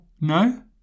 No